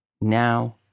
Now